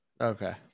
Okay